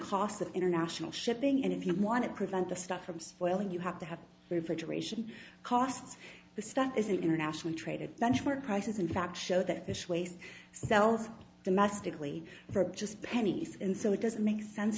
costs of international shipping and if you want to prevent the stuff from spoiling you have to have refrigeration costs the stuff is in international trade and benchmark prices in fact show that this waste sells domestically for just pennies and so it doesn't make sense